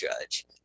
judge